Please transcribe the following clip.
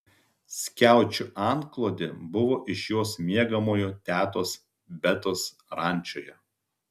skiaučių antklodė buvo iš jos miegamojo tetos betos rančoje